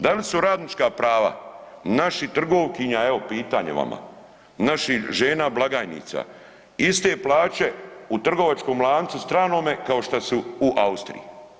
Da li su radnička prava naših trgovkinja, evo pitanje vama, naših žena blagajnica iste plaće u trgovačkom lancu stranome kao šta su u Austriji?